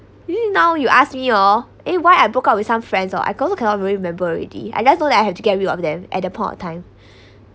!ee! now you ask me oh eh why I broke out with some friends oh I also cannot really remember already I just know that I had to get rid of them at a point of time